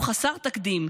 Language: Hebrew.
הוא חסר תקדים,